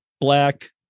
black